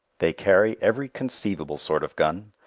they carry every conceivable sort of gun,